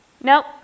Nope